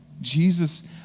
Jesus